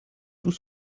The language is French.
tout